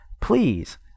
Please